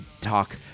talk